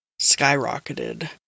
skyrocketed